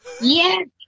Yes